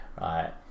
right